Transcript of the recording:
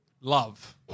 love